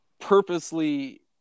purposely